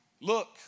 Look